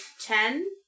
ten